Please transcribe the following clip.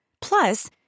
Plus